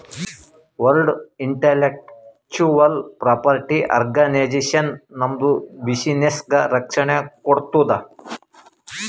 world intellectual property organization ನಮ್ದು ಬಿಸಿನ್ನೆಸ್ಗ ರಕ್ಷಣೆ ಕೋಡ್ತುದ್